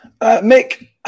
Mick